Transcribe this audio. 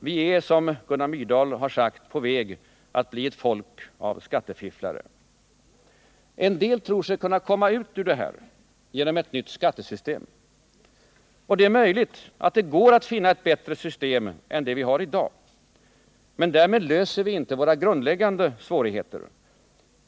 Vi är, som Gunnar Myrdal har sagt, på väg att bli ett folk av skattefifflare. En del tror sig kunna komma ut ur detta genom ett nytt skattesystem. Det är möjligt att det går att finna ett bättre system än det vi hari dag. Men därmed löser vi inte våra grundläggande svårigheter.